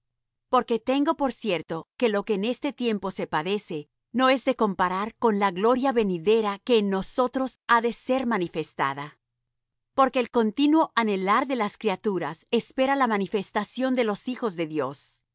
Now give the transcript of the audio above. porque tengo por cierto que lo que en este tiempo se padece no es de comparar con la gloria venidera que en nosotros ha de ser manifestada porque el continuo anhelar de las criaturas espera la manifestación de los hijos de dios